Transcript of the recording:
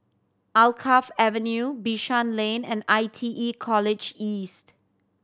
Alkaff Avenue Bishan Lane and I T E College East